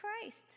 Christ